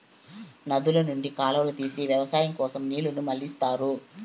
నదుల నుండి కాలువలు తీసి వ్యవసాయం కోసం నీళ్ళను మళ్ళిస్తారు